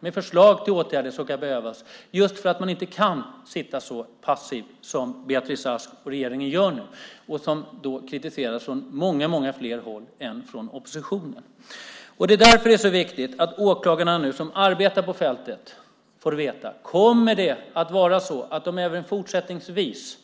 Det är förslag till åtgärder som kan behövas just för att man inte kan sitta så passiv som Beatrice Ask och regeringen nu gör, vilket kritiseras från många fler håll än från oppositionen. Det är därför som det är så viktigt att åklagarna som arbetar på fältet nu får veta om de även fortsättningsvis